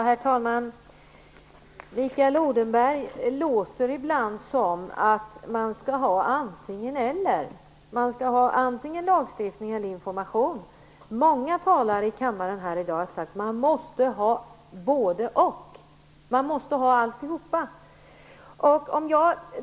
Herr talman! Mikael Odenberg låter ibland som om han vill att man skall ha antingen-eller. Man skall ha antingen lagstiftning eller information. Många talare här i kammaren har i dag sagt att man måste ha både-och. Man måste ha alltihop.